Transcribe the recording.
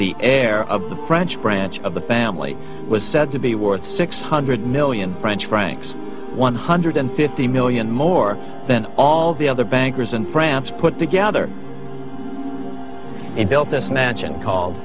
the heir of the french branch of the family was said to be worth six hundred million french francs one hundred fifty million more than all the other bankers in france put together in built this mansion called